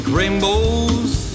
rainbows